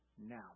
now